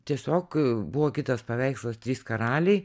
tiesiog buvo kitas paveikslas trys karaliai